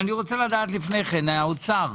האוצר,